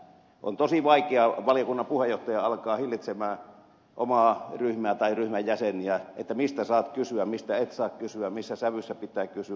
on tosi vaikea valiokunnan puheenjohtajan alkaa hillitä omaa ryhmää tai ryhmän jäseniä siinä mistä saat kysyä mistä et saa kysyä missä sävyssä pitää kysyä